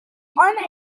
were